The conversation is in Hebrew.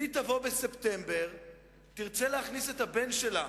והיא תבוא בספטמבר ותרצה להכניס את הבן שלה